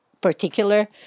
particular